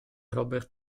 robert